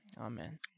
Amen